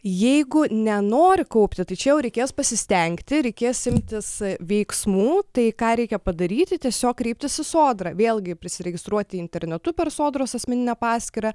jeigu nenori kaupti tai čia jau reikės pasistengti reikės imtis veiksmų tai ką reikia padaryti tiesiog kreiptis į sodrą vėlgi prisiregistruoti internetu per sodros asmeninę paskyrą